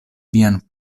vian